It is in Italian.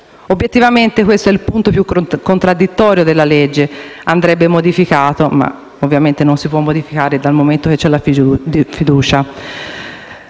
Obiettivamente questo è il punto più contradditorio della legge e andrebbe modificato, ma ovviamente non si può fare, dal momento che è stata